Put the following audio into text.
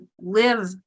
live